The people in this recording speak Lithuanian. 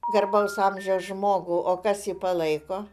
garbaus amžiaus žmogų o kas jį palaiko